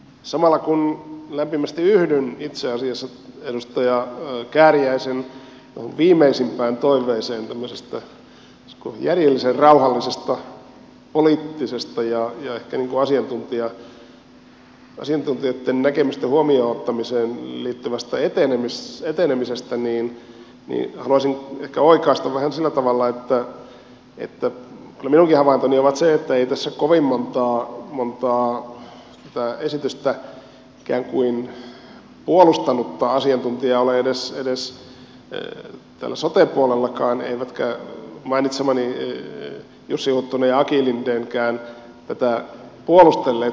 samalla kun lämpimästi yhdyn itse asiassa edustaja kääriäisen viimeisimpään toiveeseen tämmöisestä sanoisiko järjellisen rauhallisesta poliittisesta ja ehkä asiantuntijoitten näkemysten huomioon ottamiseen liittyvästä etenemisestä niin haluaisin ehkä oikaista vähän sillä tavalla että kyllä minunkin havaintoni on se että ei tässä kovin montaa esitystä puolustanutta asiantuntijaa ole edes täällä sote puolellakaan eivätkä mainitsemani jussi huttunen ja aki lindenkään tätä sinänsä puolustelleet ole